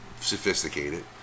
sophisticated